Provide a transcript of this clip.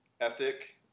ethic